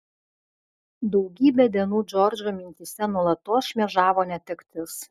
daugybę dienų džordžo mintyse nuolatos šmėžavo netektis